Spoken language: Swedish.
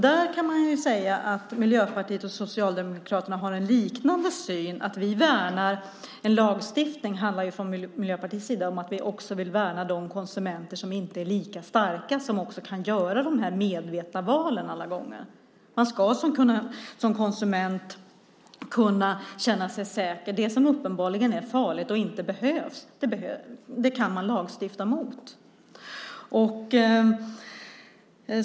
Där har Miljöpartiet och Socialdemokraterna en liknande syn. Att vi värnar en lagstiftning från Miljöpartiets sida handlar om att vi också vill värna de konsumenter som inte är lika starka och inte alla gånger kan göra de medvetna valen. Man ska som konsument känna sig säker. Det som uppenbarligen är farligt och inte behövs kan man lagstifta mot.